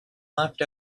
left